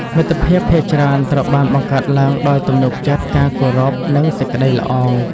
មិត្តភាពភាគច្រើនត្រូវបានបង្កើតឡើងដោយទំនុកចិត្ត ការគោរព និងសេចក្ដីល្អ។